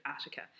Attica